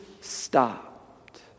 stopped